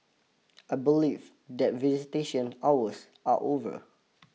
I believe that visitation hours are over